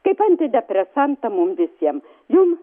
kaip antidepresantą mum visiems jum